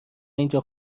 اینجا